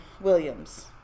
Williams